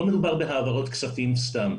לא מדובר בהעברות כספים סתם,